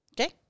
Okay